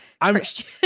Christian